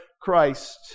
Christ